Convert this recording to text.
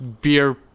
beer